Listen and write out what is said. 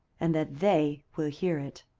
and that they will hear it.